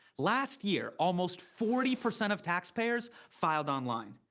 last year, almost forty percent of taxpayers filed online.